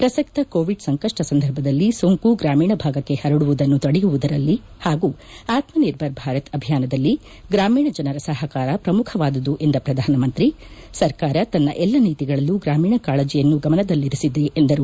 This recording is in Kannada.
ಪ್ರಸಕ್ತ ಕೋವಿಡ್ ಸಂಕಷ್ಷ ಸಂದರ್ಭದಲ್ಲಿ ಸೋಂಕು ಗ್ರಾಮೀಣ ಭಾಗಕ್ಕೆ ಪರಡುವುದನ್ನು ತಡೆಯುವದರಲ್ಲಿ ಹಾಗೂ ಆತ್ಸನಿರ್ಭರ್ ಭಾರತ್ ಅಭಿಯಾನದಲ್ಲಿ ಗ್ರಾಮೀಣ ಜನರ ಸಹಕಾರ ಪ್ರಮುಖವಾದುದು ಎಂದ ಪ್ರಧಾನ ಮಂತ್ರಿ ಸರ್ಕಾರವು ತನ್ನ ಎಲ್ಲ ನೀತಿಗಳಲ್ಲೂ ಗ್ರಾಮೀಣ ಕಾಳಜಯನ್ನು ಗಮನದಲ್ಲಿರಿಸಿದೆ ಎಂದರು